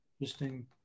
interesting